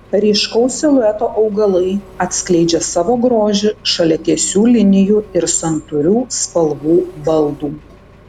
ryškaus silueto augalai atskleidžia savo grožį šalia tiesių linijų ir santūrių spalvų baldų